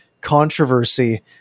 controversy